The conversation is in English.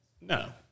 no